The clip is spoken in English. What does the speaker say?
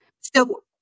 So-